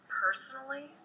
personally